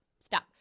stop